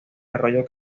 arroyo